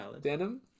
Denim